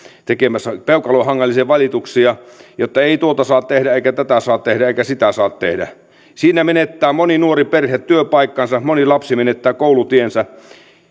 tekemässä peukalonhangallisen valituksia jotta ei tuota saa tehdä eikä tätä saa tehdä eikä sitä saa tehdä siinä menettää moni nuori perhe työpaikkansa moni lapsi menettää koulutiensä